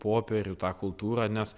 popierių tą kultūrą nes